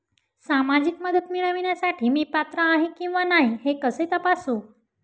सामाजिक मदत मिळविण्यासाठी मी पात्र आहे किंवा नाही हे कसे तपासू?